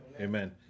Amen